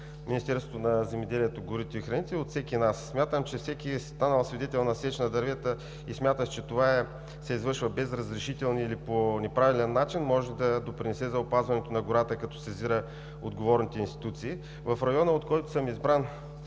Министерството на земеделието, горите и храните, а и от всеки един от нас. Смятам, че всеки е ставал свидетел на сеч на дървета и смятащ, че това се извършва без разрешителни или по неправилен начин, може да допринесе за опазването на гората, като сезира отговорните институции. В района, от който съм избран